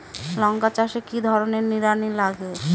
লঙ্কা চাষে কি ধরনের নিড়ানি লাগে?